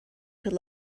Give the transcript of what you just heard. could